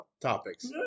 topics